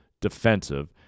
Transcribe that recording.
defensive